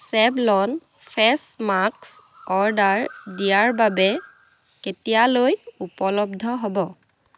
Savlon face mask order দিয়াৰ বাবে কেতিয়ালৈ উপলব্ধ হ'ব